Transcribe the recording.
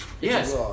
Yes